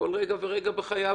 כל רגע ורגע בחייו,